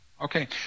Okay